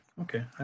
Okay